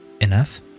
enough